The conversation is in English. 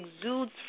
exudes